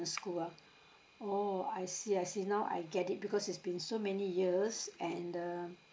school ah oh I see I see now I get it because it's been so many years and uh